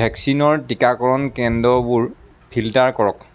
ভেকচিনৰ টীকাকৰণ কেন্দ্ৰবোৰ ফিল্টাৰ কৰক